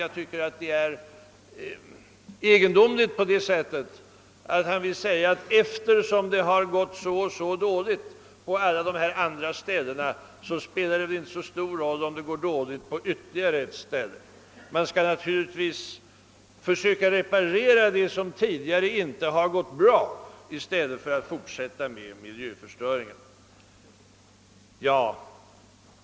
Jag ycker bara att det är egendomligt på let sättet att han vill säga, att eftersom let gått så dåligt på andra håll spelar det inte så stor roll om det går dåligt >å ytterligare ett ställe. Man skall na :urligtvis försöka reparera de tidigare misstagen i stället för att fortsätta med miljöförstöringen.